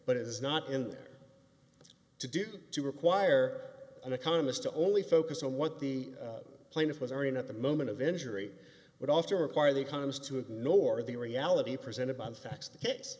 but it is not in there to do to require an economist to only focus on what the plaintiff was earning at the moment of injury would also require the economist to ignore the reality presented by the facts the case